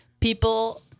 People